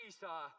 Esau